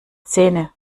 zähne